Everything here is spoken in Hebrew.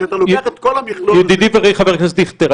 כשאתה לוקח את כל המכלול הזה --- ידידי ורעי חבר הכנסת דיכטר,